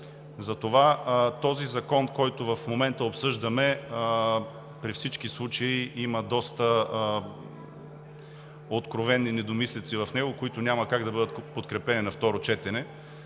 Законопроекта, който в момента обсъждаме, при всички случаи има доста откровени недомислици, които няма как да бъдат подкрепени на второ четене.